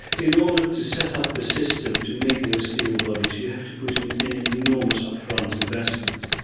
in order to set up the system to make those steel bodies you have to put in in an enormous upfront investment.